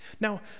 Now